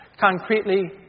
Concretely